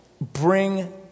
bring